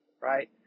right